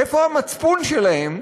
איפה המצפון שלהן,